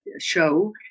show